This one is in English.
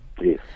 Yes